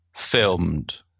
Filmed